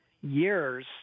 years